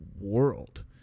world